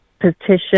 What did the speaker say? petition